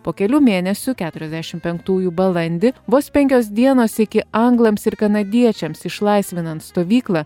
po kelių mėnesių keturiasdešim penktųjų balandį vos penkios dienos iki anglams ir kanadiečiams išlaisvinant stovyklą